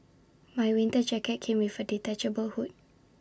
my winter jacket came with A detachable hood